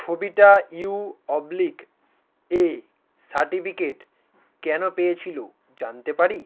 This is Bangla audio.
ছবিটা ইউ অব্লিক এ সার্টিফিকেট কেন পেয়েছিলো জানতে পারি